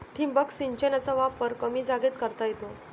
ठिबक सिंचनाचा वापर कमी जागेत करता येतो